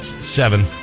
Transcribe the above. Seven